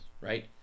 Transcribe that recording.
right